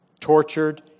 tortured